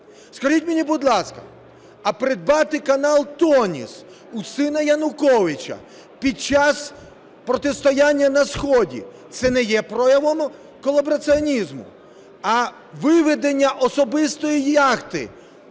Скажіть мені, будь ласка, а придбати канал "Тоніс" у сина Януковича під час протистояння на сході – це не є проявом колабораціонізму? А виведення особистої яхти